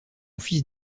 fils